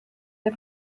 der